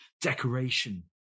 decoration